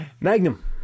Magnum